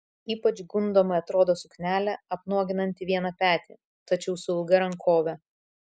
ypač gundomai atrodo suknelė apnuoginanti vieną petį tačiau su ilga rankove